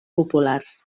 populars